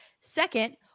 Second